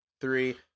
three